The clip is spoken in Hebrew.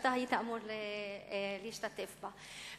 שאתה היית אמור להשתתף בה,